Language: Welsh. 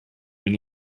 mynd